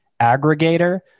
aggregator